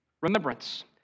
remembrance